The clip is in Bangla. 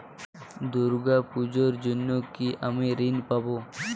দুর্গা পুজোর জন্য কি আমি ঋণ পাবো?